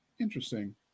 Interesting